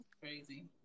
Crazy